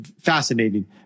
fascinating